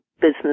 business